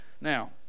now